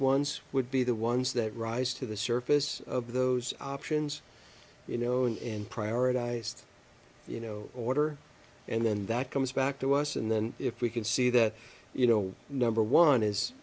ones would be the ones that rise to the surface of those options you know in prioritized you know order and then that comes back to us and then if we can see that you know number one is